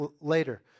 later